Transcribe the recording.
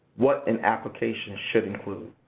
what an application should include.